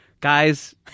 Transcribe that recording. guys